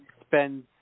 spend